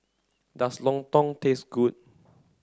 does Lontong taste good